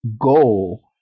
goal